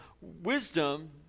wisdom